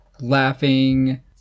laughing